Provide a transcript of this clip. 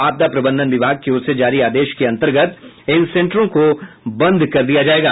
आपदा प्रबंधन विभाग की ओर से जारी आदेश के अंतर्गत इन सेंटरों को बंद कर दिया जायेगा